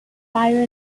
byrne